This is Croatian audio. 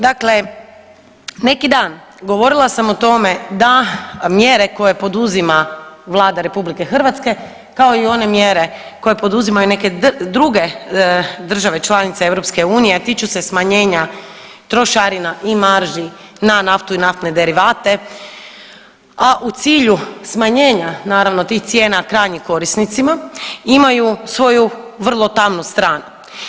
Dakle, neki dan govorila sam o tome da mjere koje poduzima Vlada Republike Hrvatske kao i one mjere koje poduzimaju neke druge države članice EU, a tiču se smanjenja trošarina i marži na naftu i naftne derivate a u cilju smanjenja naravno tih cijena krajnjim korisnicima imaju svoju vrlo tamnu stranu.